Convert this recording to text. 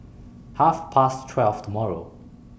Half Past twelve tomorrow